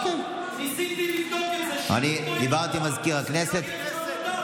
ניסיתי לבדוק את זה, דיברת עם מזכיר הכנסת?